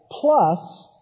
plus